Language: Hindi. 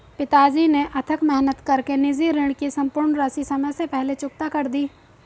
पिताजी ने अथक मेहनत कर के निजी ऋण की सम्पूर्ण राशि समय से पहले चुकता कर दी